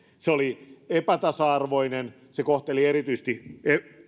se oli epätasa arvoinen se kohteli erityisesti